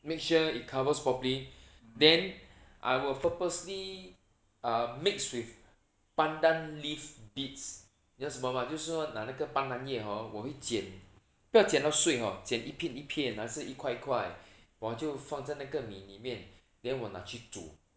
make sure it covers properly then I will purposely uh mix with pandan leaf bits 你知道什么吗就是说拿那个斑蘭叶 hor 我会剪不要剪到碎 hor 剪一片一片还是一块一块 然后放在那个米里面 then 我拿去煮